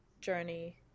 journey